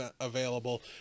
available